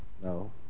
No